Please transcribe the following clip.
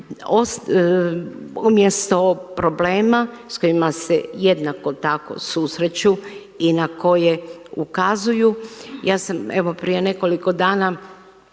Umjesto problema s kojima se jednako tako susreću i na koje ukazuju ja sam evo prije nekoliko dana